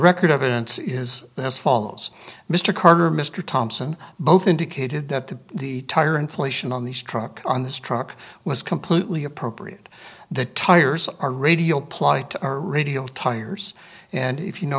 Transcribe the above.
record evidence is as follows mr carter mr thompson both indicated that the the tire inflation on these truck on this truck was completely appropriate the tires are radio plight or radio tires and if you know